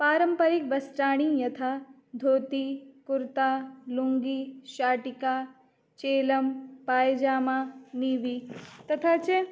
पारम्परिक् वस्त्राणि यथा धोति कुर्ता लुङ्गि शाटिका चेलं पैय्जामा नीवि तथा च